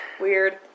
Weird